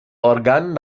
organ